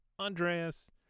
Andreas